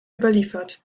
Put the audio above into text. überliefert